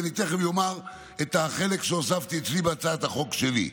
ואני תכף אומר מה החלק שהוספתי אצלי בהצעת החוק שלי.